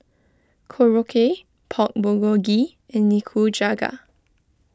Korokke Pork Bulgogi and Nikujaga